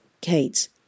Kate